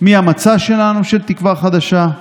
מהמצע שלנו, של תקווה חדשה.